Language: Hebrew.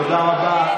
תודה רבה.